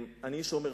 אני איש שומר חוק,